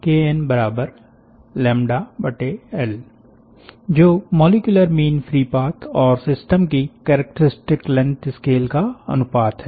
KnL जो molecular mean free path और system की कैरेक्टरिस्टिक लेंथ स्केल का अनुपात है